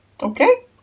Okay